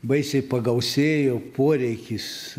baisiai pagausėjo poreikis